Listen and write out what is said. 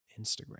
Instagram